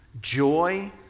Joy